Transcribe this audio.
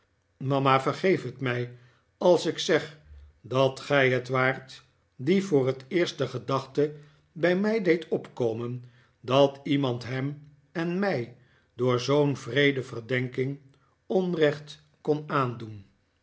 mama vergeef het mij als ik zeg dat g ij het waart die voor het eerst de gedachte bij mij deed opkomen dat iemand hem en mij door zoo'n wreede verdenking onrecht kon aandoen